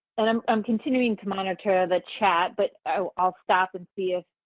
um i'm continuing to monitor the chat but i'll i'll stop and see if